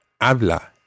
habla